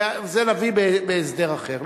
ואת זה נביא בהסדר אחר,